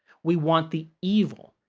we want the evil.